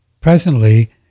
presently